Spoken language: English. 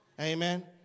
Amen